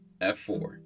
f4